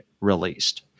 released